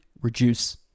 Reduce